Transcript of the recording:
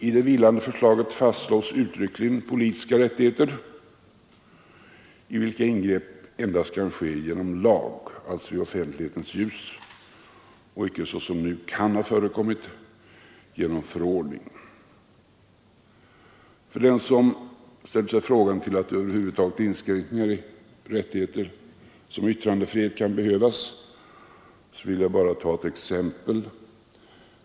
I det vilande förslaget fastslås uttryckligen politiska rättigheter, i vilka ingrepp endast kan ske genom lag, alltså i offentlighetens ljus och icke, såsom nu kan ha förekommit genom förordning. För den som ställer sig frågande till att inskränkningar i rättigheter som yttrandefrihet över huvud taget kan behövas vill jag bara ta ett exempel.